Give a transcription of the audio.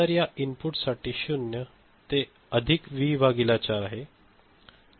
तर या इनपुट साठी 0 ते अधिक वी भागिले चार आहे